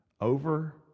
over